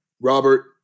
Robert